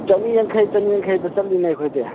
ꯆꯅꯤ ꯌꯥꯡꯈꯩ ꯆꯅꯤ ꯌꯥꯡꯈꯩꯗ ꯆꯠꯂꯤꯅꯦ ꯑꯩꯈꯣꯏꯗꯤ